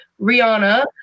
rihanna